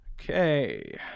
Okay